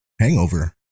hangover